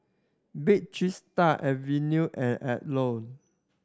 Bake Cheese Tart Acuvue and Alcott